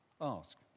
ask